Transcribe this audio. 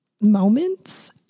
moments